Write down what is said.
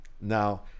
Now